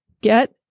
Get